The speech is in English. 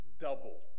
double